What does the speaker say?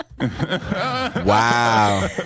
Wow